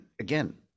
again